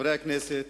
חברי הכנסת,